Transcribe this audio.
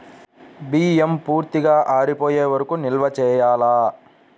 బియ్యం పూర్తిగా ఆరిపోయే వరకు నిల్వ చేయాలా?